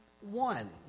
one